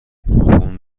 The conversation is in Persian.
خون